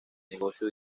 negocio